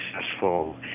successful